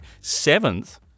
Seventh